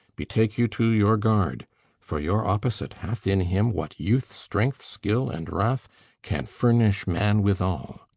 betake you to your guard for your opposite hath in him what youth, strength, skill, and wrath can furnish man withal.